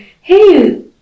hey